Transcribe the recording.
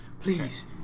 please